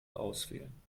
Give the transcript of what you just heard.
auswählen